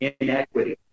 Inequity